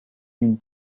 une